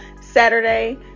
Saturday